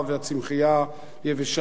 הצמחייה יבשה,